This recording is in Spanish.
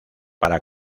para